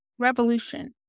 Revolution